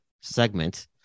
segment